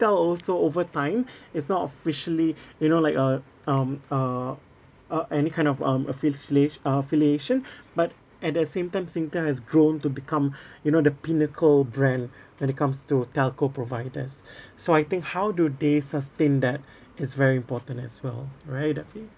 also over time is not officially you know like uh um uh uh any kind of um afficilia~ affiliation but at the same time Singtel has grown to become you know the pinnacle brand when it comes to telco providers so I think how do they sustain that is very important as well right idafi